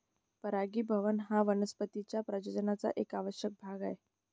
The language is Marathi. परागीभवन हा वनस्पतीं च्या प्रजननाचा एक आवश्यक भाग आहे